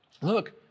look